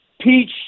peach